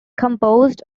composed